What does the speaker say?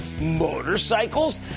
motorcycles